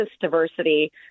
diversity